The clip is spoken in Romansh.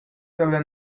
dalla